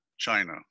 China